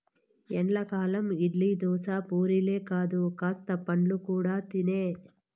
ఎల్లకాలం ఇడ్లీ, దోశ, పూరీలే కాదు కాస్త పండ్లు కూడా తినే